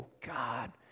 God